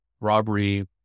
robbery